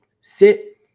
sit